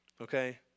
Okay